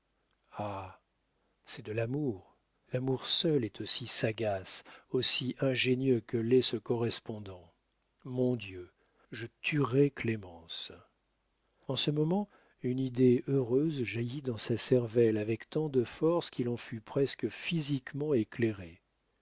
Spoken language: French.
c'est de l'amour l'amour seul est aussi sagace aussi ingénieux que l'est ce correspondant mon dieu je tuerai clémence en ce moment une idée heureuse jaillit dans sa cervelle avec tant de force qu'il en fut presque physiquement éclairé